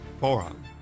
forum